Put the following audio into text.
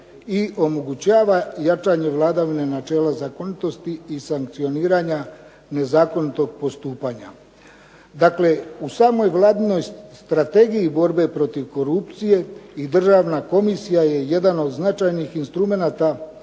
i omogućava jačanje vladavine načela zakonitosti i sankcioniranja nezakonitog postupanja. Dakle u samoj Vladinoj Strategiji borbe protiv korupcije i državna komisija je jedan od značajnih instrumenata